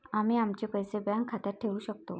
आम्ही आमचे पैसे बँक खात्यात ठेवू शकतो